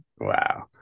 Wow